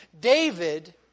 David